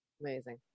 Amazing